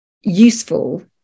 useful